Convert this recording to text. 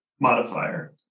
modifier